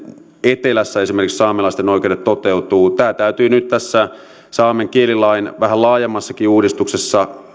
etelässä saamelaisten oikeudet toteutuvat tämä täytyy nyt katsoa tämän saamen kielilain vähän laajemmankin uudistuksen